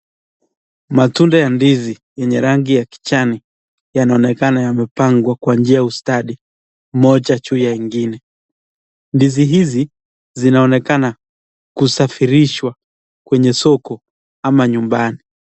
Matunda ya ndizi yenye rangi ya kijani yanaonekana yamepangwa kwa njia ya ustadi moja juu ya ingine, ndizi hizi zinaonekana kusafirishwa kwenye soko ama nyumbani.